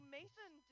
Mason